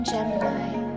Gemini